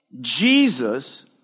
Jesus